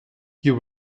you